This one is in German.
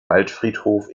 waldfriedhof